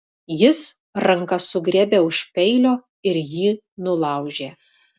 jis ranka sugriebė už peilio ir jį nulaužė